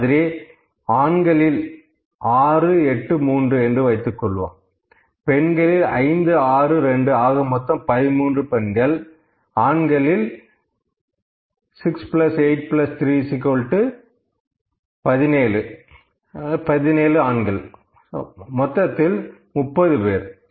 இதே மாதிரி ஆண்களில் 6 8 3 என்று வைத்துக்கொள்வோம் பெண்களில் 5 6 2 ஆக மொத்தம் 13 பெண்கள் 17 ஆண்கள் மொத்தத்தில் 30